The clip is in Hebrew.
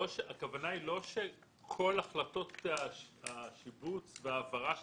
הכוונה היא לא שכל החלטות השיבוץ וההעברה של